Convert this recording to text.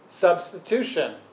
substitution